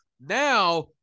Now